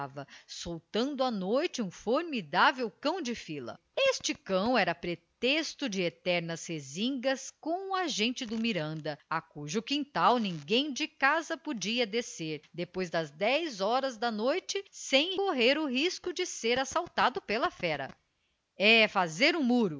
soltando à noite um formidável cão de fila este cão era pretexto de eternas resingas com a gente do miranda a cujo quintal ninguém de casa podia descer depois das dez horas da noite sem correr o risco de ser assaltado pela fera é fazer o muro